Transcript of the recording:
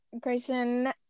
grayson